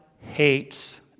hates